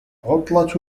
عطلة